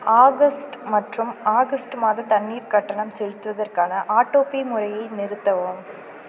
August மற்றும் August மாத தண்ணீர் கட்டணம் செலுத்துவதற்கான ஆட்டோபே முறையை நிறுத்தவும்